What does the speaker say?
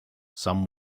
some